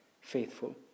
faithful